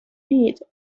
needed